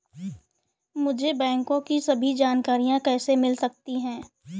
मुझे बैंकों की सभी जानकारियाँ कैसे मिल सकती हैं?